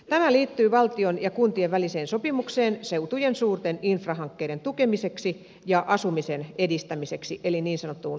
tämä liittyy valtion ja kuntien väliseen sopimukseen seutujen suurten infrahankkeiden tukemiseksi ja asumisen edistämiseksi eli niin sanottuun mal sopimukseen